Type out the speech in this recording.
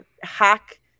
hack